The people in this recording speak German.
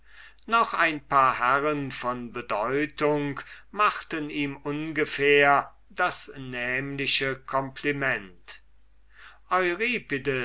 noch ein paar herren von bedeutung machten ihm ungefähr das nämliche compliment